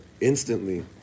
instantly